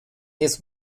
his